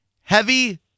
Heavy